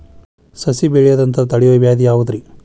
ಸಸಿ ಬೆಳೆಯದಂತ ತಡಿಯೋ ವ್ಯಾಧಿ ಯಾವುದು ರಿ?